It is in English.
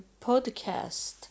podcast